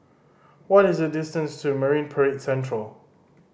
what is the distance to Marine Parade Central